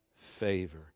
Favor